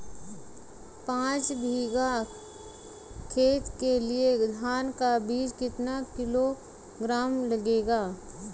पाँच बीघा खेत के लिये धान का बीज कितना किलोग्राम लगेगा?